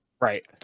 Right